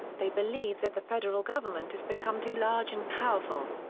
they believe that the federal government has become too large and powerful.